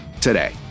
today